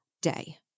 day